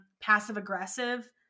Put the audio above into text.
Passive-aggressive